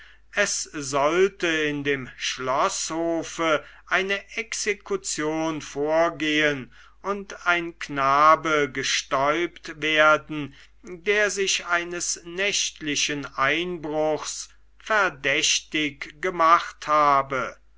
es sollte in dem schloßhofe eine exekution vorgehen und ein knabe gestäupt werden der sich eines nächtlichen einbruchs verdächtig gemacht habe